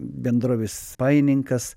bendrovės spaininkas